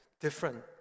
different